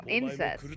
incest